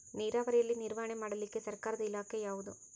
ನೇರಾವರಿಯಲ್ಲಿ ನಿರ್ವಹಣೆ ಮಾಡಲಿಕ್ಕೆ ಸರ್ಕಾರದ ಇಲಾಖೆ ಯಾವುದು?